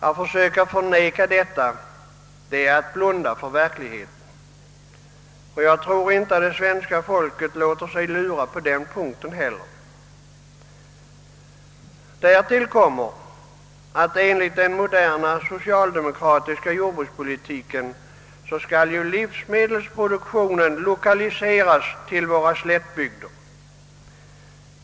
Att försöka förneka detta är att blunda för verkligheten. Jag tror att det svenska folket inte heller på denna punkt låter lura sig. Därtill kommer att livsmedelsproduktionen enligt den moderna socialdemokratiska jordbrukspolitiken skall lokaliseras till våra slättbygder.